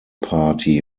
party